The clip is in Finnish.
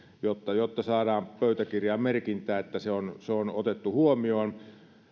jotta jotta saadaan pöytäkirjaan merkintä että se on se on otettu huomioon